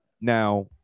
Now